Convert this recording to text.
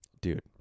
Dude